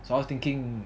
so I was thinking